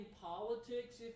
politics